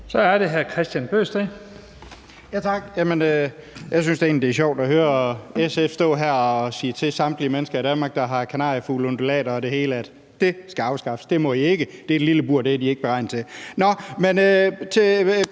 (DD): Tak. Jeg synes da egentlig, det er sjovt at høre SF stå her og sige til samtlige mennesker i Danmark, der har kanariefugle, undulater og det hele, at det skal afskaffes; det må I ikke; det er et lille bur; det er de ikke beregnet til. Nå, men det